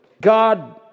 God